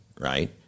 right